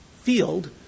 field